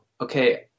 okay